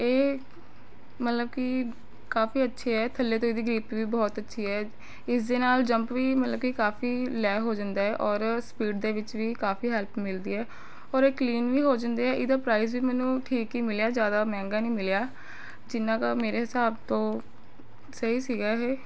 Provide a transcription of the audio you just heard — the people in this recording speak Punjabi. ਇਹ ਮਤਲਬ ਕਿ ਕਾਫੀ ਅੱਛੇ ਹੈ ਥੱਲੇ ਤੋਂ ਇਹਦੀ ਗਰਿਪ ਵੀ ਬਹੁਤ ਅੱਛੀ ਹੈ ਇਸਦੇ ਨਾਲ ਜੰਪ ਵੀ ਮਤਲਬ ਕਿ ਕਾਫੀ ਲੈ ਹੋ ਜਾਂਦਾ ਏ ਔਰ ਸਪੀਡ ਦੇ ਵਿੱਚ ਵੀ ਕਾਫੀ ਹੈਲਪ ਮਿਲਦੀ ਹੈ ਔਰ ਇਹ ਕਲੀਨ ਵੀ ਹੋ ਜਾਂਦੇ ਹੈ ਇਹਦਾ ਪ੍ਰਾਈਜ਼ ਵੀ ਮੈਨੂੰ ਠੀਕ ਹੀ ਮਿਲਿਆ ਜ਼ਿਆਦਾ ਮਹਿੰਗਾ ਨਹੀਂ ਮਿਲਿਆ ਜਿੰਨਾਂ ਕੁ ਮੇਰੇ ਹਿਸਾਬ ਤੋਂ ਸਹੀ ਸੀਗਾ ਇਹ